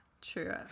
true